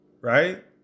right